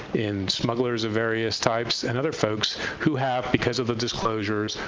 in smugglers of various types, and other folks who have, because of the disclosures,